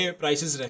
prices